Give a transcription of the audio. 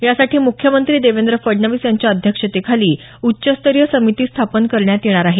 यासाठी मुख्यमंत्री देवेंद्र फडणवीस यांच्या अध्यक्षतेखाली उच्चस्तरीय समिती स्थापन करण्यात येणार आहे